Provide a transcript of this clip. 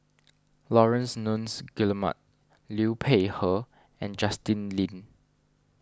Laurence Nunns Guillemard Liu Peihe and Justin Lean